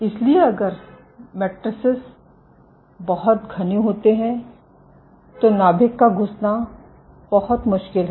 इसलिए अगर मैट्रिसेस बहुत घने होते हैं तो नाभिक का घुसना बहुत मुश्किल है